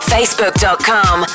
Facebook.com